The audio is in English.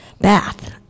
bath